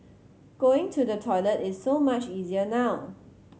going to the toilet is so much easier now